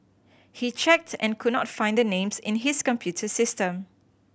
he checks and could not find the names in his computer system